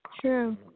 true